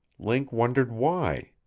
link wondered why.